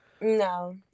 No